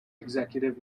executive